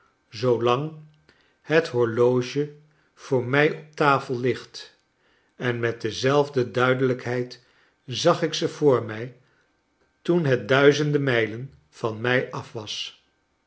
zoolang het horloge voor mij op tafel ligt en met dezelfde duidelijkheid zag ik ze voor mij toen het duizenden mijlen van mij af